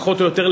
פחות או יותר,